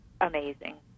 amazing